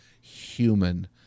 human